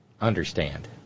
understand